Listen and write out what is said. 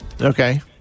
Okay